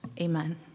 amen